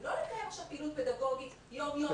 לתאר עכשיו פעילות פדגוגית יום יום אלא לשחרר.